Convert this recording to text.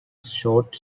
short